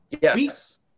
Yes